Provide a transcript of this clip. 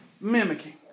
mimicking